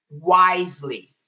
wisely